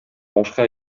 башка